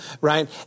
right